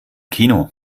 kino